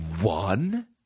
one